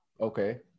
Okay